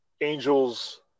angels